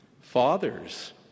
Fathers